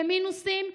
במינוסים,